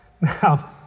Now